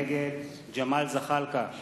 נגד ג'מאל זחאלקה,